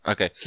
Okay